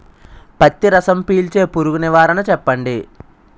పత్తి రసం పీల్చే పురుగు నివారణ చెప్పండి?